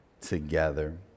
together